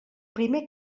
primer